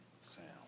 sound